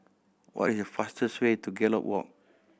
what is the fastest way to Gallop Walk